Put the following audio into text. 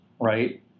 right